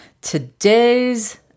Today's